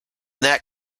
that